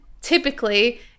typically